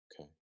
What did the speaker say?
Okay